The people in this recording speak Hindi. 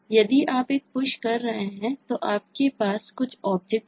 यदि आप एक Push कर रहे हैं तो आपके पास कुछ ऑब्जेक्ट है